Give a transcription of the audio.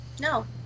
No